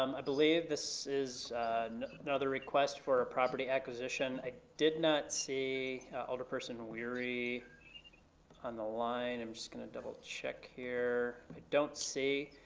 um i believe this is another request for a property acquisition. i did not see alderperson wery on the line, i'm just gonna double check here. i don't see,